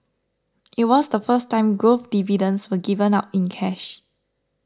it was the first time growth dividends were given out in cash